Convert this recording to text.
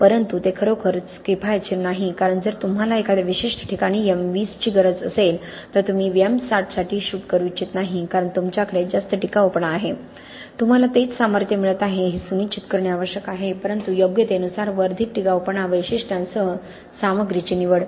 परंतु ते खरोखरच किफायतशीर नाही कारण जर तुम्हाला एखाद्या विशिष्ट ठिकाणी M20 ची गरज असेल तर तुम्ही M60 साठी शूट करू इच्छित नाही कारण तुमच्याकडे जास्त टिकाऊपणा आहे तुम्हाला तेच सामर्थ्य मिळत आहे हे सुनिश्चित करणे आवश्यक आहे परंतु योग्यतेनुसार वर्धित टिकाऊपणा वैशिष्ट्यांसह सामग्रीची निवड